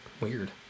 weird